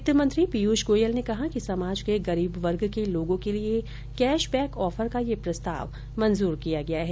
वित्त मंत्री पीयूष गोयल ने कहा कि समाज के गरीब वर्ग के लोगों के लिए कैश बैक ऑफर का यह प्रस्ताव मंजूर किया गया है